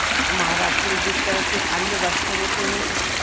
महाराष्ट्र में जिस तरह से अन्य वस्त्र होते हैं